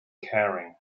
caring